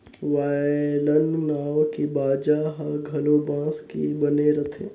violin नांव के बाजा ह घलो बांस के बने रथे